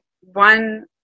one –